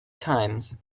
times